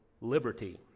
liberty